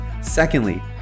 Secondly